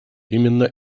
именно